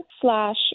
slash